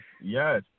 yes